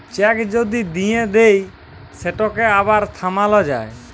cheque যদি দিঁয়ে দেই সেটকে আবার থামাল যায়